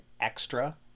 extra